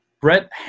Brett